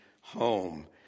home